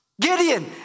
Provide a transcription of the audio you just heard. Gideon